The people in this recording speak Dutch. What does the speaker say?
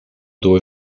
door